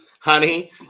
Honey